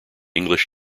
english